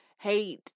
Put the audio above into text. hate